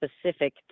specific